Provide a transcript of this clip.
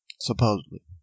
Supposedly